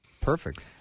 perfect